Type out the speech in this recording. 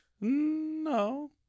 No